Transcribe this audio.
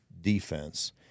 defense